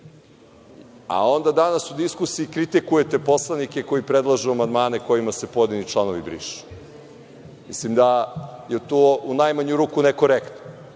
članove. Onda danas u diskusiji kritikujete poslanike koji predlažu amandmane kojima se pojedini članovi brišu. Mislim, da je to u najmanju ruku nekorektno,